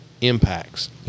impacts